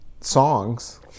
songs